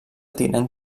tinent